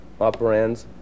operands